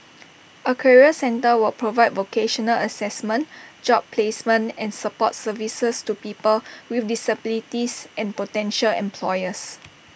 A career centre will provide vocational Assessment job placement and support services to people with disabilities and potential employers